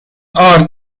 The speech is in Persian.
آرد